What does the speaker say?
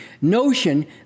notion